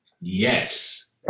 Yes